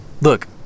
Look